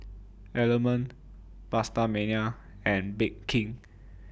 Element PastaMania and Bake King